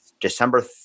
December